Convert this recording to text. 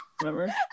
Remember